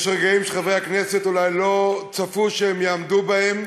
יש רגעים שחברי הכנסת אולי לא צפו שהם יעמדו בהם,